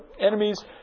enemies